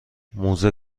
موزه